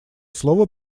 слово